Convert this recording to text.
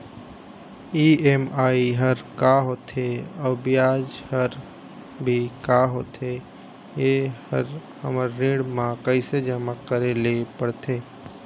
EMI हर का होथे अऊ ब्याज हर भी का होथे ये हर हमर ऋण मा कैसे जमा करे ले पड़ते?